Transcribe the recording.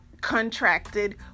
contracted